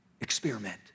experiment